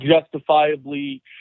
justifiably